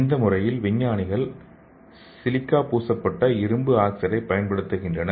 இந்த முறையில் விஞ்ஞானிகள் சிலிக்கா பூசப்பட்ட இரும்பு ஆக்சைடை பயன்படுத்துகின்றனர்